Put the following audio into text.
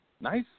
Nice